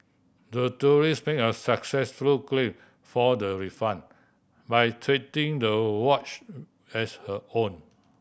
the tourist made a successful claim for the refund by treating the watch as her own